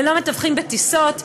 ללא מתווכים בטיסות,